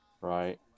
right